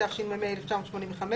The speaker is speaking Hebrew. התשמ"ה 1985,